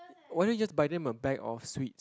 why don't just buy them a bag of sweets